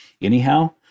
anyhow